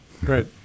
great